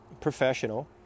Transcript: professional